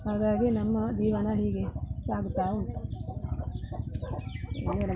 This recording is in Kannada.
ಹಾಗಾಗಿ ನಮ್ಮ ಜೀವನ ಹೀಗೆ ಸಾಗುತಾ ಉಂಟು